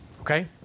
Okay